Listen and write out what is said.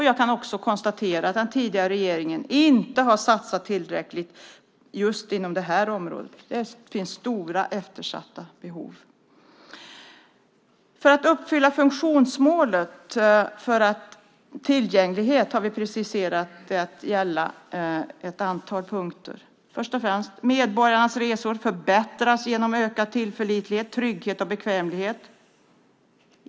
Jag kan konstatera att den tidigare regeringen inte har satsat tillräckligt inom just det här området. Det finns stora eftersatta behov. För att uppfylla funktionsmålet tillgänglighet har vi i ett antal punkter preciserat vad som bör gälla. För det första ska medborgarnas resor förbättras genom ökad tillförlitlighet, trygghet och bekvämlighet.